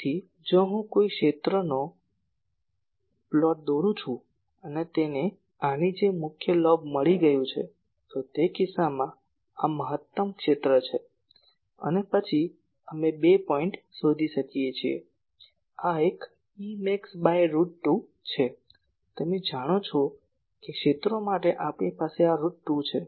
તેથી જો હું કોઈ ક્ષેત્ર નો પ્લોટ દોરું છું અને તેને આની જેમ મુખ્ય લોબ મળી ગયું છે તો તે કિસ્સામાં આ મહત્તમ ક્ષેત્ર છે અને પછી અમે બે પોઇન્ટ શોધીએ છીએ એક Emax બાય રુટ 2 છે તમે જાણો છો કે ક્ષેત્રો માટે આપણી પાસે આ રુટ 2 છે